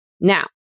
Now